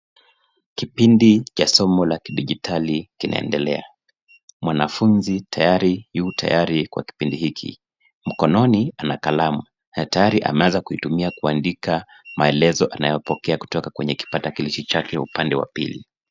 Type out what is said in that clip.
Kipindi cha somo la kidigitali kinaendelea, mwanafunzi tayari yu tayari kwa kipindi hiki. Mkononi ana kalamu na tayari ameanza kuitumia kuandika maelezo anayopokea kutoka kwa kipatakilishi chake upande wa pili.